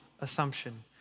assumption